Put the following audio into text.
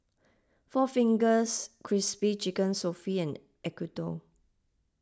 four Fingers Crispy Chicken Sofy and Acuto